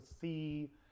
see